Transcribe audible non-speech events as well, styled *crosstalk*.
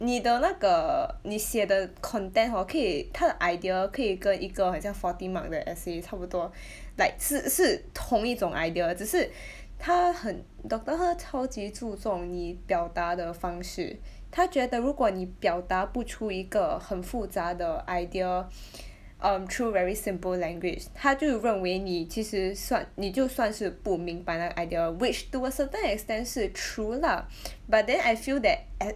你的那个你写的 content hor 可以她的 idea 可以跟一个好像 fourty mark 的 essay 差不多 *breath* like 是是同一种 idea 只是 *breath* 她很 doctor Herr 超级注重你表达的方式 *breath* 她觉得如果你表达不出一个很复杂的 idea *breath* um through very simple language 她就认为你其实算你就算是不明白那 idea which to a certain extent 是 true lah *breath* *noise* but then I feel that at